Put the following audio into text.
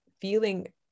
feeling